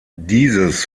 dieses